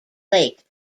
lake